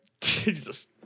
Jesus